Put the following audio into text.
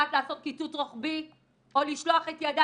יודעת לעשות קיצוץ רוחבי או לשלוח את ידה